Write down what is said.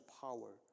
power